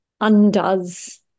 undoes